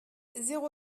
zéro